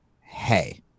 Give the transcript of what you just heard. Hey